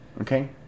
okay